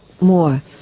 more